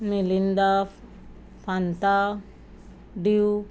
मिलिंदाफ फांता डीव